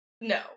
No